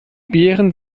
beeren